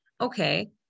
Okay